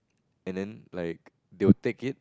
and then like they will take it